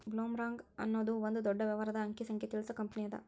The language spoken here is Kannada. ಬ್ಲೊಮ್ರಾಂಗ್ ಅನ್ನೊದು ಒಂದ ದೊಡ್ಡ ವ್ಯವಹಾರದ ಅಂಕಿ ಸಂಖ್ಯೆ ತಿಳಿಸು ಕಂಪನಿಅದ